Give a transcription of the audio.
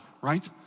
right